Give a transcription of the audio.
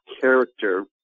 character